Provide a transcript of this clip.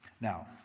Now